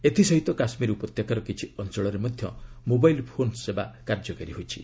ଏଥିସହିତ କାଶ୍ମୀର ଉପତ୍ୟକାର କିଛି ଅଞ୍ଚଳରେ ମଧ୍ୟ ମୋବାଇଲ୍ ଫୋନ୍ ସେବା କାର୍ଯ୍ୟକାରୀ ହୋଇଛି